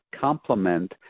complement